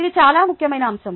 ఇది చాలా ముఖ్యమైన అంశం